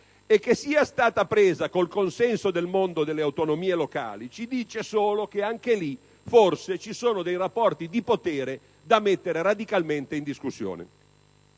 che sia stata presa con il consenso del mondo delle autonomie locali ci dice solo che anche in quel caso forse ci sono rapporti di potere da mettere radicalmente in discussione.